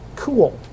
Cool